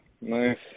nice